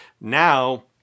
now